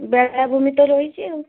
ବେଳାଭୂମି ତ ରହିଛି ଆଉ